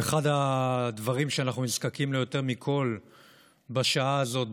ואחד הדברים שאנחנו נזקקים לו יותר מכול בשעה הזאת,